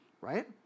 Right